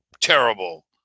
terrible